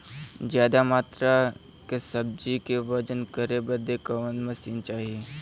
ज्यादा मात्रा के सब्जी के वजन करे बदे कवन मशीन चाही?